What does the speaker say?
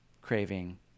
craving